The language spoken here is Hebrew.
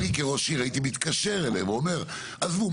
אני כראש עיר הייתי מתקשר אליהם ואומר עזבו,